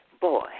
boy